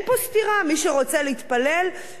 מי שרוצה להתפלל, שיתפלל.